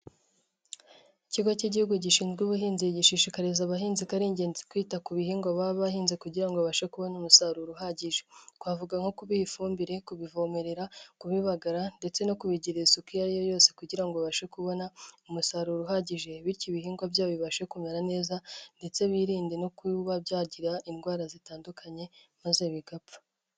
Ikigo cy'igihugu gishinzwe ubuhinzi gishishikariza abahinzi ko ari ingenzi kwita ku bihingwa baba bahinze kugira ngo babashe kubona umusaruro uhagije. Twavuga nko kubaha ifumbire, kubivomerera, kubibagara ndetse no kubigirira isuku iyo ari yo yose kugira ngo babashe kubona umusaruro uhagije bityo ibihingwa byabo bibashe kumera neza ndetse birinde no kuba byagira indwara zitandukanye maze bigapfa.